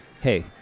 Hey